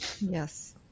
yes